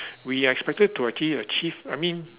we are expected to actually achieve I mean